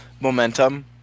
momentum